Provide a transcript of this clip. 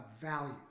values